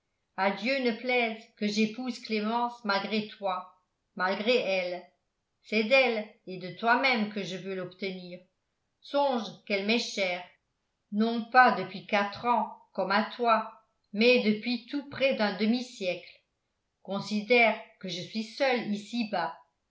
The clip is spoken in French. à dieu ne plaise que j'épouse clémence malgré toi malgré elle c'est d'elle et de toi-même que je veux l'obtenir songe qu'elle m'est chère non pas depuis quatre ans comme à toi mais depuis tout près d'un demi-siècle considère que je suis seul ici bas